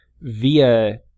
via